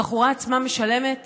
הבחורה עצמה משלמת